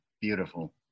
Beautiful